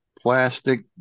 Plastic